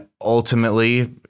ultimately